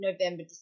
November